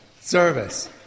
service